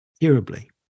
terribly